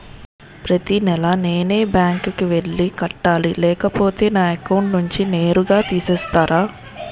ప్రతి నెల నేనే బ్యాంక్ కి వెళ్లి కట్టాలి లేకపోతే నా అకౌంట్ నుంచి నేరుగా తీసేస్తర?